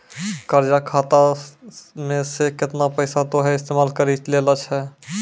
कर्जा खाता मे से केतना पैसा तोहें इस्तेमाल करि लेलें छैं